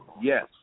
Yes